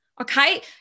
Okay